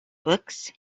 books